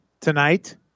tonight